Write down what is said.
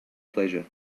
pleasure